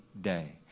day